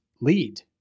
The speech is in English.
lead